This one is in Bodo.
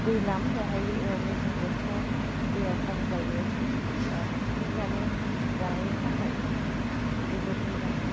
दैलां बाहाय मेसें बोथोराव दैया खम जायो बा पिगनिक जानो जानायनि थाखाय जोबोद मोजां